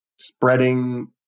spreading